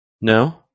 No